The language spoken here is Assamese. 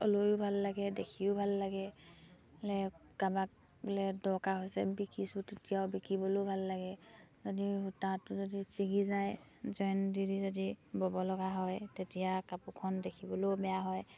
লৈও ভাল লাগে দেখিও ভাল লাগে কাৰবাক দৰকাৰ হৈছে বিকিছোঁ তেতিয়াও বিকিবলৈও ভাল লাগে যদি সূতাটো যদি চিগি যায় জইন দি দি যদি ব'ব লগা হয় তেতিয়া কাপোৰখন দেখিবলৈও বেয়া হয়